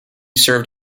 served